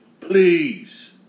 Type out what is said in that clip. Please